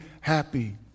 happy